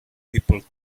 people